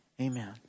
Amen